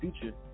future